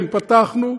כן, פתחנו,